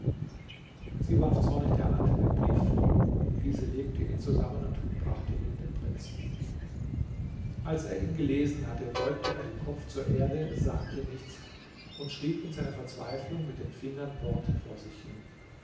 sie warf zornig der alten den brief vor diese legte ihn zusammen und brachte ihn dem prinzen als er ihn gelesen hatte beugte er den kopf zur erde sagte nichts und schrieb in seiner verzweiflung mit den fingern worte vor sich hin